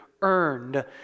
earned